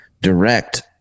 direct